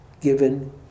given